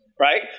Right